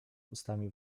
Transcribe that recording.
ustami